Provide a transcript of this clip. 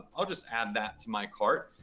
i'll just add that to my cart.